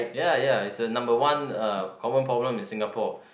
ya ya is the number one uh common problem in Singapore